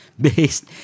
based